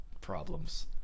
problems